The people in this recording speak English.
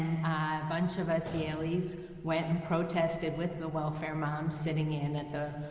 bunch of us yalees went and protested with the welfare moms sitting in at the,